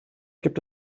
gibt